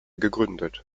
gegründet